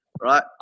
right